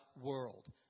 world